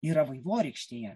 yra vaivorykštėje